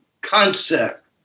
concept